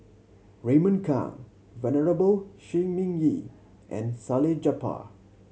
Raymond Kang Venerable Shi Ming Yi and Salleh Japar